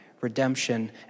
redemption